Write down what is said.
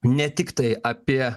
ne tiktai apie